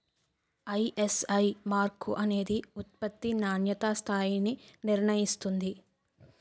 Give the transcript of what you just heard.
ISI mark అనేది ఉత్పత్తి నాణ్యతా స్థాయిని నిర్ణయిస్తుంది